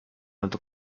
untuk